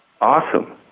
Awesome